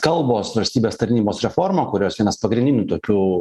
kalbos valstybės tarnybos reforma kurios vienas pagrindinių tokių